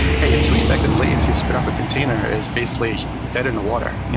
hey a three second latency spin up a container is basically dead in the water.